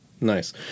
Nice